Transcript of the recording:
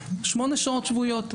שמונה שעות שבועיות,